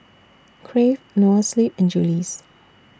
Crave Noa Sleep and Julie's